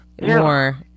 more